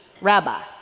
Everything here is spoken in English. rabbi